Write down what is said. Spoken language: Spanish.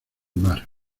mar